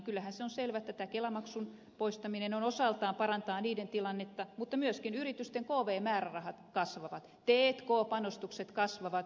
kyllähän se on selvää että tämä kelamaksun poistaminen osaltaan parantaa niiden tilannetta mutta myöskin yritysten kv määrärahat kasvavat t k panostukset kasvavat